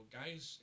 guys